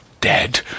dead